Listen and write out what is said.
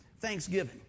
Thanksgiving